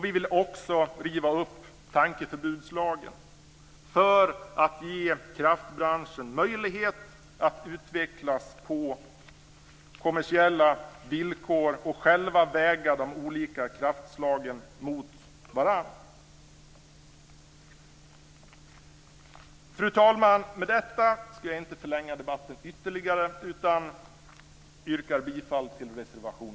Vi vill också riva upp tankeförbudslagen för att ge kraftbranschen möjlighet att utvecklas på kommersiella villkor och själv väga de olika kraftslagen mot varandra. Fru talman! Med detta ska jag inte förlänga debatten ytterligare, utan jag yrkar bifall till reservation